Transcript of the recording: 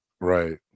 Right